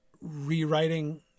rewriting